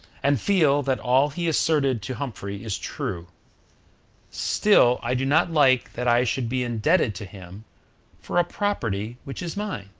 and feel that all he asserted to humphrey is true still i do not like that i should be indebted to him for a property which is mine,